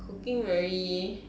cooking very